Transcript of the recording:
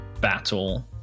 battle